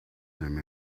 them